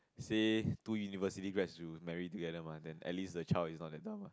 say two university grads to marry together mah then at least the child is not that dumb ah